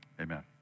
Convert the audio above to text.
amen